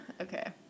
Okay